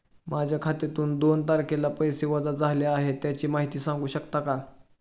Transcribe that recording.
माझ्या खात्यातून दोन तारखेला पैसे वजा झाले आहेत त्याची माहिती सांगू शकता का?